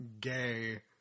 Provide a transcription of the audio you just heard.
gay